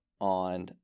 on